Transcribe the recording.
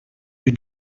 you